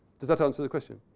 does that answer the question?